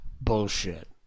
Bullshit